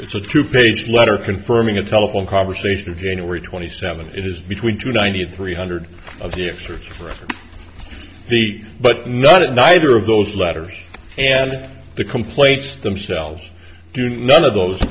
it's a two page letter confirming a telephone conversation january twenty seventh is between two ninety three hundred of the excerpts from the but not in either of those letters and the complaints themselves do none of those